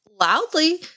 loudly